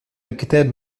الكتاب